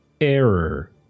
error